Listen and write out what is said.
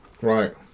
Right